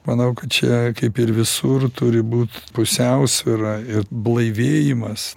manau kad čia kaip ir visur turi būt pusiausvyra ir blaivėjimas